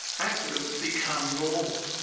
accidents become normal.